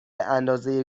اندازه